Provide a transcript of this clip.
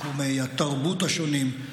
בתחומי התרבות השונים,